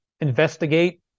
investigate